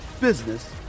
business